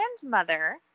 grandmother